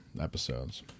episodes